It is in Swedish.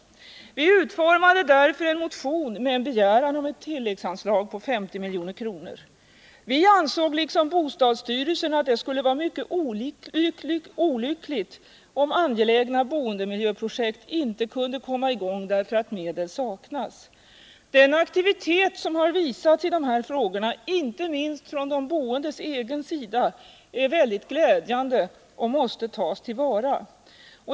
Vi utformade därför en motion med en begäran om ett tilläggsanslag på 50 milj.kr. Vi ansåg liksom bostadsstyrelsen att det skulle vara mycket olyckligt om angelägna boendemiljöprojekt inte kunde komma i gång därför att medel saknades. Den aktivitet som visats i dessa frågor, inte minst från de boendes egen sida, är mycket glädjande och måste tas till vara.